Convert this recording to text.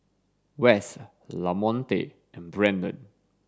Wes Lamonte and Brannon